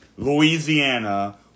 Louisiana